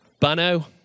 Bano